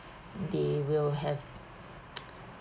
they will have